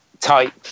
type